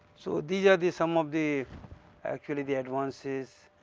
so, these are the some of the actually the advances,